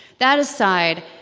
that aside,